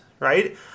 Right